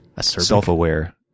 self-aware